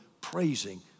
praising